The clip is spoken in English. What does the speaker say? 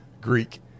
Greek